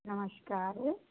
नमस्कार